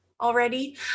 already